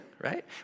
right